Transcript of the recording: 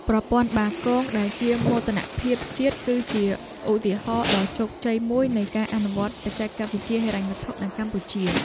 ប្រព័ន្ធបាគងដែលជាមោទនភាពជាតិ គឺជាឧទាហរណ៍ដ៏ជោគជ័យមួយនៃការអនុវត្តបច្ចេកវិទ្យាហិរញ្ញវត្ថុនៅកម្ពុជា។